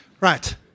Right